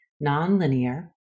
non-linear